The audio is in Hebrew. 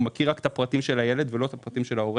הוא מכיר רק את הפרטים של הילד ולא את הפרטים של ההורה